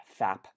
fap